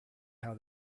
how